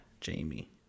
Jamie